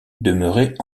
demeurait